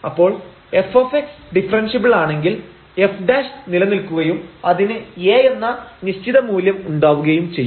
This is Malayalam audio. അപ്പോൾ f ഡിഫറെൻഷ്യബിൾ ആണെങ്കിൽ f നിലനിൽക്കുകയും അതിന് A എന്ന നിശ്ചിത മൂല്യം ഉണ്ടാവുകയും ചെയ്യും